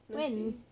nanti